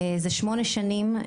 זה שמונה שנים,